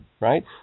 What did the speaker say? right